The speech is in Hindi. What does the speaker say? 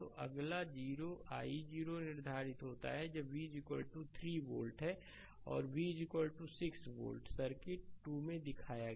तो अगला i0 निर्धारित होता है जब v 3 वोल्ट और v 6 वोल्ट सर्किट 2 में दिखाया गया है